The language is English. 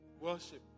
Worship